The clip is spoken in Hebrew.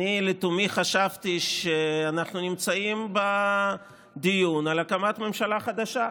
לתומי חשבתי שאנחנו נמצאים בדיון על הקמת ממשלה חדשה.